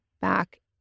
back